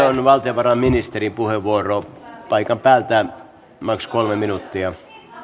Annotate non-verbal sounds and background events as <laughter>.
<unintelligible> on valtiovarainministerin puheenvuoro paikan päältä maks kolme minuuttia